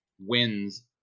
wins